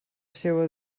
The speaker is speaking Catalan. seua